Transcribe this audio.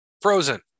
Frozen